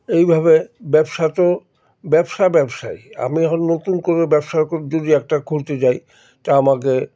এইভাবে ব্যবসা তো ব্যবসা ব্যবসাই আমি এখন নতুন করে ব্যবসা যদি একটা খুলতে যাই তা আমাকে